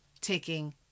taking